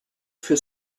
für